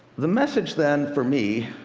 the message, then, for me,